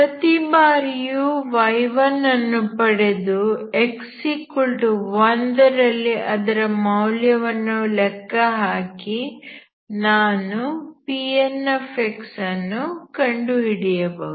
ಪ್ರತಿಬಾರಿಯೂ y1 ಅನ್ನು ಪಡೆದು x1 ರಲ್ಲಿ ಅದರ ಮೌಲ್ಯವನ್ನು ಲೆಕ್ಕಹಾಕಿ ನಾನು Pnx ಅನ್ನು ಕಂಡುಹಿಡಿಯಬಹುದು